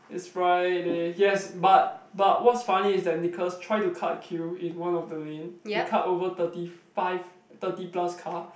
it's Friday yes but but what's funny is that Nicholas try to cut queue in one of the lane he cut over thirty five thirty plus car